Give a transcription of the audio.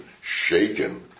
shaken